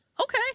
Okay